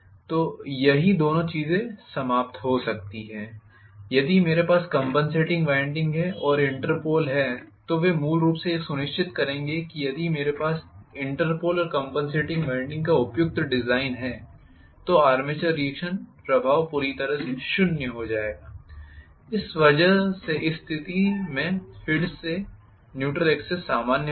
तो यह दोनों चीजें समाप्त हो सकती हैं यदि मेरे पास कॅंपनसेटिंग वाइंडिंग और इंटरपोल हैं वे मूल रूप से यह सुनिश्चित करेंगे कि यदि मेरे पास इंटरपोल और कॅंपनसेटिंग वाइंडिंग का उपयुक्त डिजाइन है तो आर्मेचर रीएक्शन प्रभाव पूरी तरह से शून्य हो जाएगा इस स्थिति में फिर से न्यूट्रल एक्सिस सामान्य हो जाएगा